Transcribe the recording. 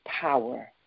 power